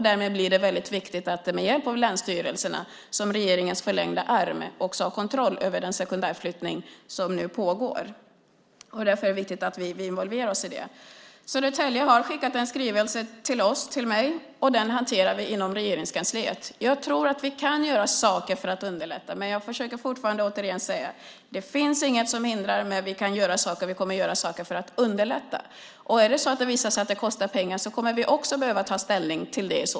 Därmed blir det väldigt viktigt att man med hjälp av länsstyrelserna, som är regeringens förlängda arm, också har kontroll över den sekundärflyttning som nu pågår. Därför är det viktigt att vi involverar oss i det. Södertälje har skickat en skrivelse till oss, till mig. Den hanterar vi inom Regeringskansliet. Jag tror att vi kan göra saker för att underlätta, men jag försöker fortfarande säga att det inte finns något som hindrar. Men vi kommer att göra saker för att underlätta. Visar det sig att det kostar pengar kommer vi också att behöva ta ställning till det.